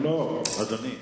לא, אדוני.